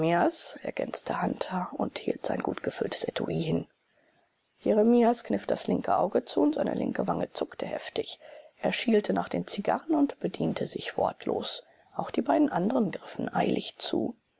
ergänzte hunter und hielt sein gutgefülltes etui hin jeremias kniff das linke auge zu und seine linke wange zuckte heftig er schielte nach den zigarren und bediente sich wortlos auch die beiden anderen griffen eilig zu